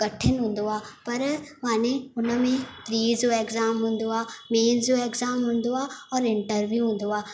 कठिन हूंदो आहे पर माने हुनमें प्री जो एक्ज़ाम हूंदो आहे मेन्स जो एक्ज़ाम हूंदो आहे और इंटरव्यू हूंदो आहे